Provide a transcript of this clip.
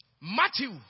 Matthew